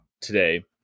today